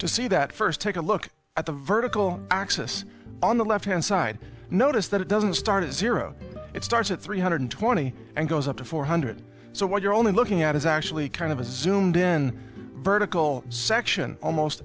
to see that first take a look at the vertical axis on the left hand side notice that it doesn't start at zero it starts at three hundred twenty and goes up to four hundred so what you're only looking at is actually kind of his zoomed in vertical section almost